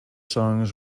songs